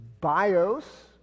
Bios